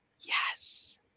Yes